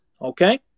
Okay